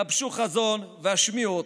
גבשו חזון והשמיעו אותו.